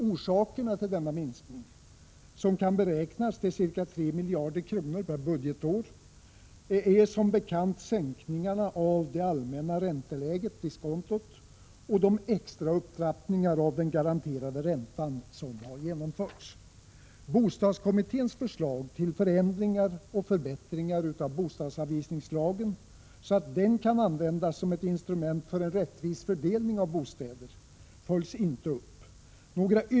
Orsakerna till denna minskning, som kan beräknas till ca 3 miljarder kronor per budgetår, är som bekant sänkningarna av det allmänna ränteläget, diskontot, och de extra upptrappningar av den garanterade räntan som genomförts. Bostadskommitténs förslag till förändringar och förbättringar av bostadsanvisningslagen, så att den kan användas som ett instrument för en rättvis fördelning av bostäder, följs inte upp.